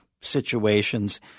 situations